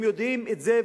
הם יודעים את זה.